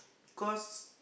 cause